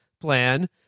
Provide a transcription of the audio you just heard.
plan